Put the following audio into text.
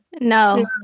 No